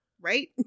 Right